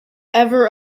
ever